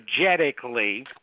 energetically